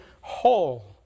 whole